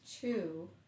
two